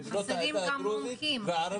הן בנות העדה הדרוזית והערבית.